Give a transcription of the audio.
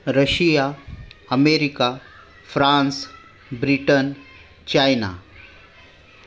Russia America France Britain China